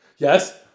Yes